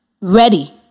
Ready